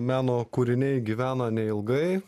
meno kūriniai gyvena neilgai